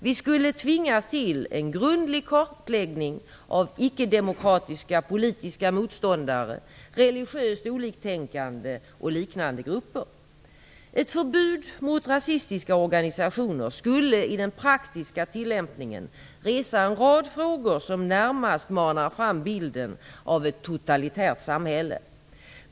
Vi skulle tvingas till en grundlig kartläggning av icke-demokratiska politiska motståndare, religiöst oliktänkande och liknande grupper. Ett förbud mot rasistiska organisationer skulle i den praktiska tillämpningen resa en rad frågor som närmast manar fram bilden av ett totalitärt samhälle.